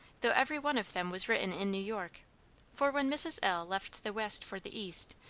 though every one of them was written in new york for when mrs. l. left the west for the east,